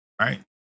Right